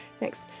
Next